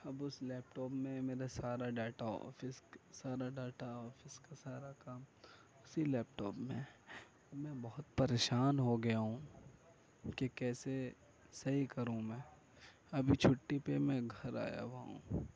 اب اس میں لیپ ٹاپ میرا سارا ڈاٹا آفس کا سارا ڈاٹا آفس کا سارا کام اسی لیپ ٹاپ میں ہے میں بہت پریشان ہو گیا ہوں کہ کیسے صحیح کروں میں ابھی چھٹی پہ میں گھر آیا ہوا ہوں